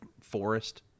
forest